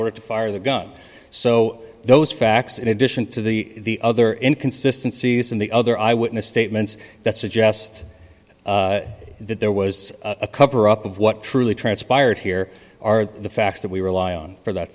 order to fire the gun so those facts in addition to the other inconsistency in the other eyewitness statements that suggest that there was a cover up of what truly transpired here are the facts that we rely on for that